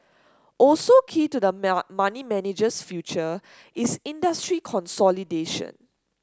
also key to the money manager's future is industry consolidation